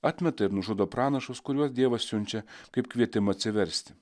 atmeta ir nužudo pranašus kuriuos dievas siunčia kaip kvietimą atsiversti